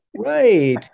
Right